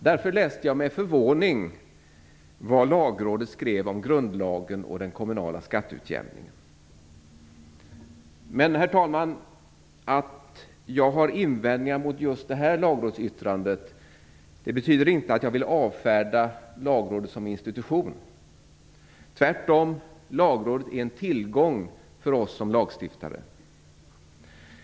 Därför läste jag med förvåning vad Men, herr talman, att jag har invändningar mot just detta lagrådsyttrande betyder inte att jag vill avfärda Lagrådet som institution. Tvärtom är Lagrådet en tillgång för oss lagstiftare.